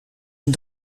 een